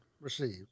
received